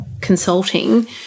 consulting